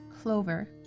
clover